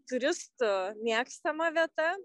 turistų mėgstama vieta